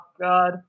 God